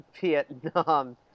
Vietnam